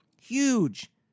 huge